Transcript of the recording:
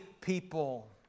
people